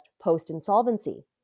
post-insolvency